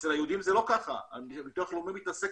אצל היהודים זה לא כך ביטוח לאומי מתעסק